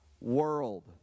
world